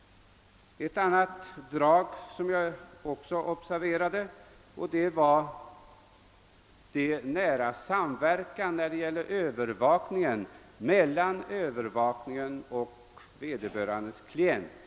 Ett annat drag som jag också observerade var den nära samverkan vad beträffar övervakningen mellan övervakaren och hans klient.